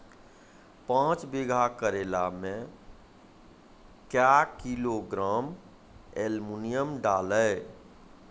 पाँच बीघा करेला मे क्या किलोग्राम एलमुनियम डालें?